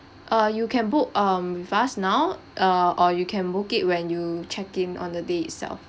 uh you can book um with us now uh or you can book it when you check in on the day itself